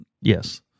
yes